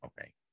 okay